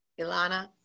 Ilana